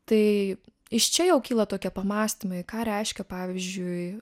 tai iš čia jau kyla tokie pamąstymai ką reiškia pavyzdžiui